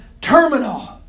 terminal